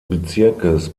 bezirkes